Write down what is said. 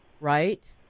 right